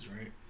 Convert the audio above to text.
right